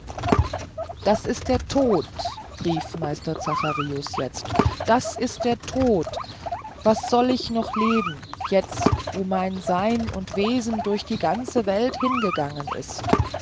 das ist der tod rief meister zacharius jetzt das ist der tod was soll ich noch leben jetzt da mein sein und wesen durch die ganze welt hingegangen ist